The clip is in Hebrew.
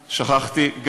שכחתי,